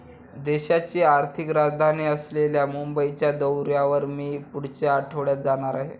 देशाची आर्थिक राजधानी असलेल्या मुंबईच्या दौऱ्यावर मी पुढच्या आठवड्यात जाणार आहे